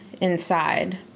inside